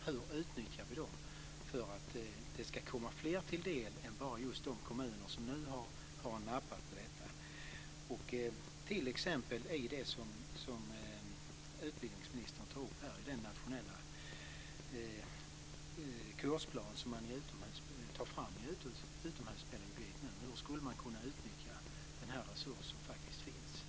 Hur utnyttjar vi dem för att de ska komma fler till del än bara de kommuner som nu har nappat på detta? Hur kan man utnyttja den resurs som faktiskt finns i landet i den nationella kursplan som man tar fram i utomhuspedagogik?